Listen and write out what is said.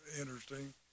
interesting